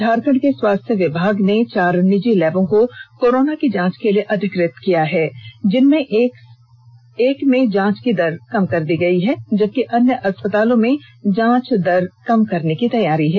झारखंड के स्वास्थ्य विभाग ने चार निजी लैबों को कोरोना की जांच के लिए अधिकृत किया है जिनमें से एक में जांच की दर कम कर दी गई है जबकि अन्य अस्पतालों में जांच दर कम करने की तैयारी है